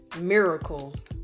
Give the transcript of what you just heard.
miracles